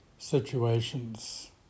situations